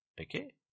Okay